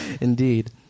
Indeed